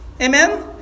Amen